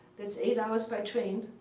that's eight hours by train.